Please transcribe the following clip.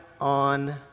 on